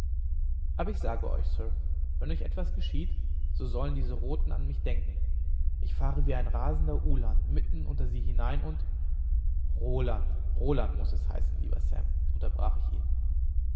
aber ich sage euch sir wenn euch etwas geschieht so sollen diese roten an mich denken ich fahre wie ein rasender uhland mitten unter sie hinein und roland roland muß es heißen lieber sam unterbrach ich ihn